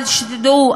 אבל שתדעו,